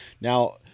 Now